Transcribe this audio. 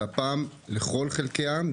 והפעם לכלל חלקי העם,